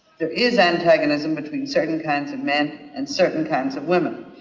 there is antagonism between certain kinds of men and certain kinds of women.